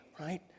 right